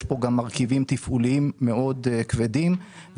יש פה גם מרכיבים תפעוליים מאוד כבדים.